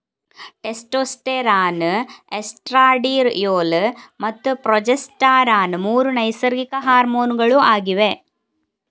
testosterone, estradiol ಮತ್ತೆ progesterone ಮೂರು ನೈಸರ್ಗಿಕ ಹಾರ್ಮೋನುಗಳು ಆಗಿವೆ